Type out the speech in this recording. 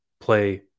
play